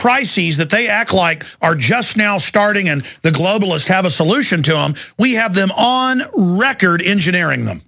crises that they act like are just now starting and the globalist have a solution to them we have them on record engineering them